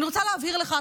אני רוצה להבהיר לך,